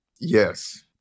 Yes